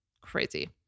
crazy